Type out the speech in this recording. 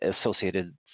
associated